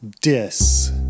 dis